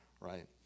right